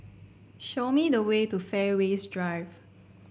show me the way to Fairways Drive